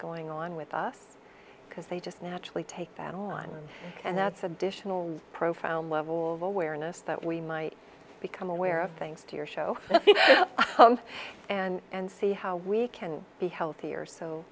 going on with us because they just naturally take that on and that's additional profound level of awareness that we might become aware of things to your show and see how we can be healthier so